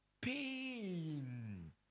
pain